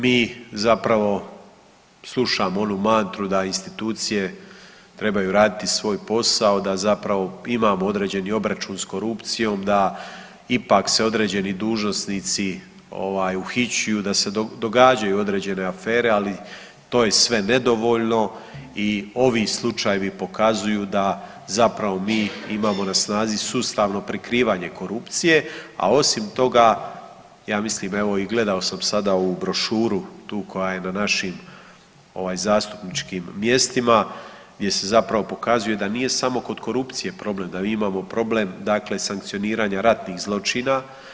Predugo mi zapravo slušamo onu mantru da institucije trebaju raditi svoj posao da zapravo imamo određeni obračun s korupcijom da ipak se određeni dužnosnici uhićuju, da se događaju određene afere, ali to je sve nedovoljno i ovi slučajevi pokazuju da zapravo mi imamo na snazi sustavno prikrivanje korupcije, a osim toga, ja mislim evo i gledao sam u brošuru tu koja je na našim zastupničkim mjestima gdje se zapravo pokazuje da nije samo kod korupcije problem, da mi imamo problem sankcioniranja ratnih zločina.